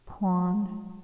Porn